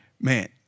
man